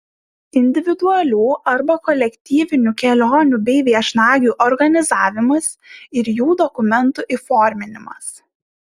individualių arba kolektyvinių kelionių bei viešnagių organizavimas ir jų dokumentų įforminimas